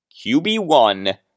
QB1